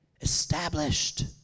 Established